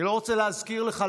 אני לא רוצה להזכיר לך,